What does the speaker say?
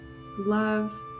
love